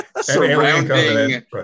surrounding